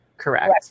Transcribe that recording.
Correct